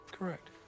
Correct